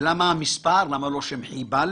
ולמה מספר ולא "שם חיבה"?